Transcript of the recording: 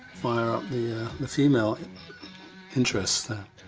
fire up the female interest there.